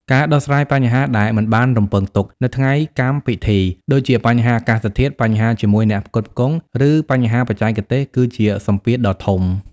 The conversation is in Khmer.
ការដោះស្រាយបញ្ហាដែលមិនបានរំពឹងទុក នៅថ្ងៃកម្មពិធី ដូចជាបញ្ហាអាកាសធាតុ បញ្ហាជាមួយអ្នកផ្គត់ផ្គង់ ឬបញ្ហាបច្ចេកទេស គឺជាសម្ពាធដ៏ធំ។